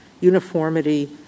uniformity